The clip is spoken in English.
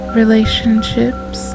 relationships